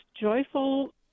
joyful